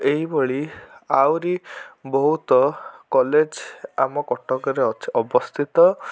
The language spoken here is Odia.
ଏଇଭଳି ଆହୁରି ବହୁତ କଲେଜ୍ ଆମ କଟକରେ ଅଛି ଅବସ୍ଥିତ